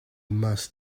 must